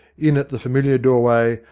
in at the familiar doorway,